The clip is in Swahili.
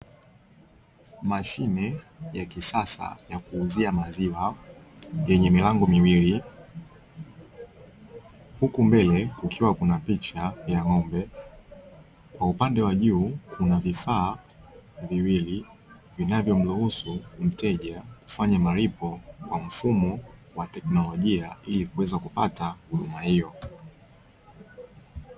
Mashine ya kisasa ya kuuzia maziwa yenye milango miwili, huku mbili kukiwa kuna miche na ina ng'ombe, kwa upande wa juu kuna vifaa viwili vinavyomruhusu mteja kufanya malipo kwa mfumo wa teknolojia ili kuweza kupata huduma hiyo.